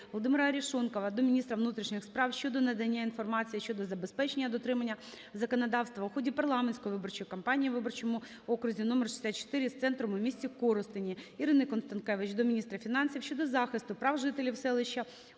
Володимира Арешонкова до міністра внутрішніх справ щодо надання інформації щодо забезпечення дотримання законодавства у ході парламентської виборчої кампанії у виборчому окрузі №64 з центром у місті Коростені. Ірини Констанкевич до міністра фінансів щодо захисту прав жителів селища